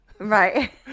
Right